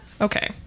Okay